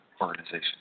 organizations